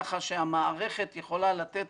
כך שהמערכת יכולה לתת